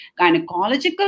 gynecological